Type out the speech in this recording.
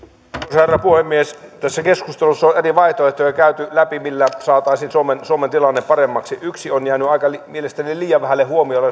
herra puhemies tässä keskustelussa on käyty läpi eri vaihtoehtoja millä saataisiin suomen suomen tilanne paremmaksi yksi on jäänyt mielestäni liian vähälle huomiolle